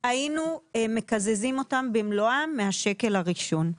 היינו מקזזים אותן במלואה מהשקל הראשון.